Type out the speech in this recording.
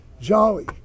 Jolly